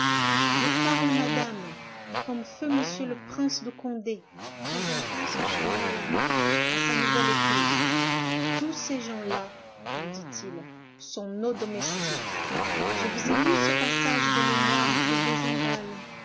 je parle madame comme feu m le prince de condé présentant ses chambellans à sa nouvelle épouse tous ces gens-là lui dit-il sont nos domestiques je vous ai lu ce passage des mémoires de